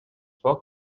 foc